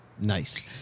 Nice